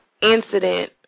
incident